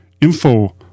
info